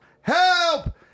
help